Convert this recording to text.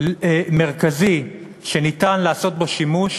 מרכזי שניתן לעשות בו שימוש.